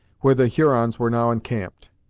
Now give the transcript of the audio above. where the hurons were now encamped,